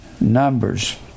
Numbers